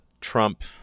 Trump